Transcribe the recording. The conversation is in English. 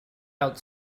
out